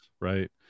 Right